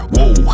Whoa